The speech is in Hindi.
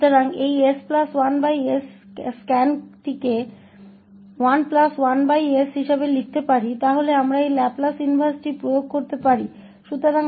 तो इस s1s को 11s के रूप में लिखा जा सकता है और फिर हम इस लाप्लास को इनवर्स लागू कर सकते हैं